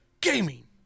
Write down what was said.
Gaming